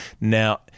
Now